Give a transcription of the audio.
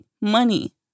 money